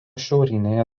šiaurinėje